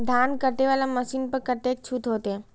धान कटे वाला मशीन पर कतेक छूट होते?